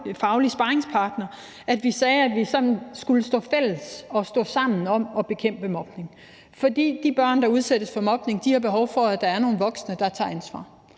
faglig sparringspartner, at vi sagde, at vi skulle være fælles om og stå sammen om at bekæmpe mobning, fordi de børn, der udsættes for mobning, har behov for, at der er nogle voksne, der tager ansvar.